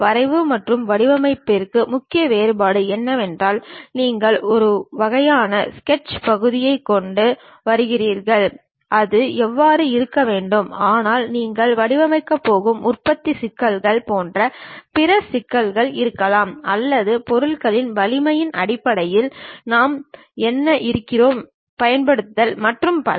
வரைவு மற்றும் வடிவமைப்பிற்கான முக்கிய வேறுபாடு என்னவென்றால் நீங்கள் ஒரு வகையான ஸ்கெட்ச் பகுதியைக் கொண்டு வருகிறீர்கள் அது அவ்வாறு இருக்க வேண்டும் ஆனால் நீங்கள் வடிவமைக்கும்போது உற்பத்தி சிக்கல்கள் போன்ற பிற சிக்கல்கள் இருக்கலாம் அல்லது பொருட்களின் வலிமையின் அடிப்படையில் நாம் என்ன இருக்கிறோம் பயன்படுத்துதல் மற்றும் பல